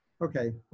okay